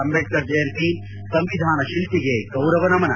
ಅಂದೇಡ್ತರ್ ಜಯಂತಿ ಸಂವಿಧಾನ ಶಿಲ್ಪಿಗೆ ಗೌರವ ನಮನ